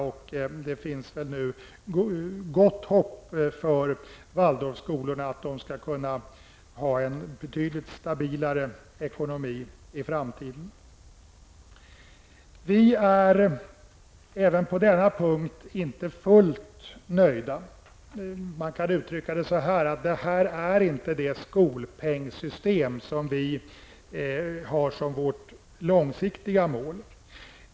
Nu finns det väl gott hopp för Waldorfskolorna att de skall kunna ha en betydligt stabilare ekonomi i framtiden. Vi är dock inte fullt nöjda på denna punkt heller. Detta är inte det system för skolpengar som vi har som långsiktigt mål.